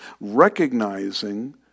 recognizing